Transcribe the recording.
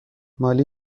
مالی